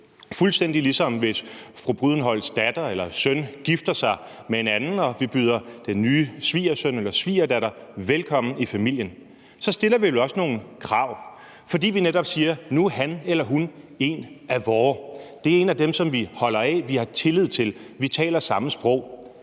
fuldstændig, ligesom hvis fru Helene Liliendahl Brydensholts datter eller søn gifter sig med en anden og den nye svigersøn eller svigerdatter bydes velkommen i familien. Så stiller vi vel også nogle krav, fordi vi netop siger, at han eller hun nu er en af vore, at det er en af dem, som vi holder af, og som vi har tillid til, og vi taler det samme sprog.